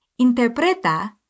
interpreta